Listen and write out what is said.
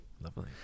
lovely